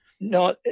No